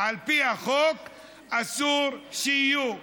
על פי החוק אסור שיהיו.